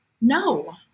No